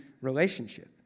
relationship